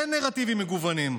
אין נרטיבים מגוונים,